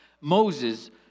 Moses